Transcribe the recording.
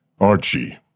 Archie